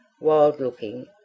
wild-looking